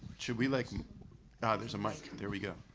should we like. ah there's a mic, there we go